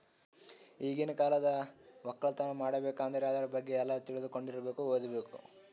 ಈಗಿನ್ ಕಾಲ್ದಾಗ ವಕ್ಕಲತನ್ ಮಾಡ್ಬೇಕ್ ಅಂದ್ರ ಆದ್ರ ಬಗ್ಗೆ ಎಲ್ಲಾ ತಿಳ್ಕೊಂಡಿರಬೇಕು ಓದ್ಬೇಕು